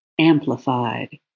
amplified